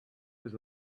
was